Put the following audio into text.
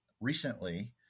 Recently